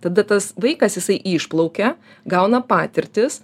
tada tas vaikas jisai išplaukia gauna patirtis